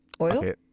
Oil